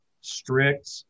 strict